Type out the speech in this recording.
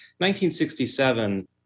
1967